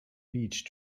beach